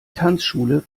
tanzschule